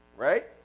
right?